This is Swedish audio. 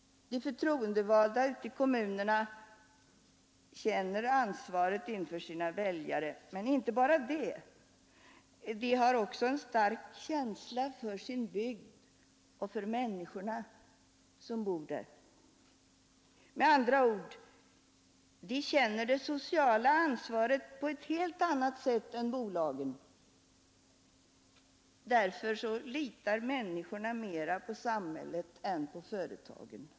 De förtroendevalda ute i kommunerna känner ansvaret inför sina väljare. Men inte bara det — de har också en stark känsla för sin bygd och för människorna som bor där. Med andra ord, de känner det sociala ansvaret på ett helt annat sätt än bolagen. Därför litar människorna mera på samhället än på företagen.